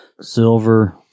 silver